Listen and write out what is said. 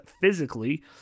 physically